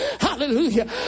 Hallelujah